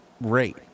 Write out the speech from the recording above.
rate